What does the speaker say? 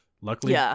Luckily